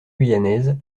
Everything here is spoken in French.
guyanaise